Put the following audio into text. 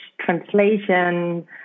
translation